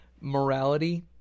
morality